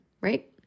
right